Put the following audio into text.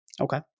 Okay